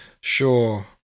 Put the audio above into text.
sure